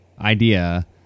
idea